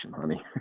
honey